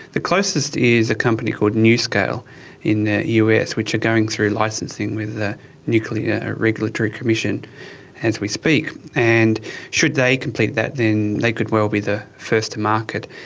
the closest is a company called nuscale in the us which are going through licensing with the nuclear regulatory commission as we speak. and should they complete that, then they could well be the first to market,